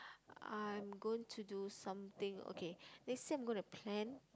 I'm going to do something let's say I'm going to plan